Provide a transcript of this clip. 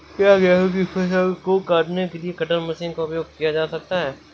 क्या गेहूँ की फसल को काटने के लिए कटर मशीन का उपयोग किया जा सकता है?